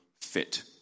fit